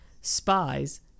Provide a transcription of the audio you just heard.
spies